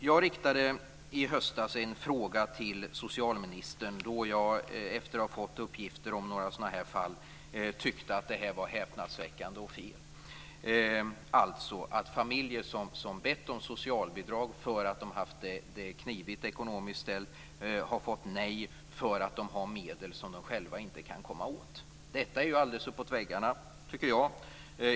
Jag riktade i höstas en fråga till socialministern då jag, efter att fått uppgifter om några sådana här fall, tyckte att det var häpnadsväckande och fel att familjer som bett om socialbidrag därför att de hade det knivigt ekonomiskt ställt fått nej därför att de har medel som de själva inte kan komma åt. Det är uppåt väggarna, tyckte jag.